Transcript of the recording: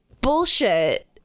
bullshit